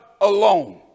alone